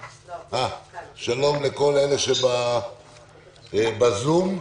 ושלום לכל אלה שבזום.